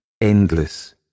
endless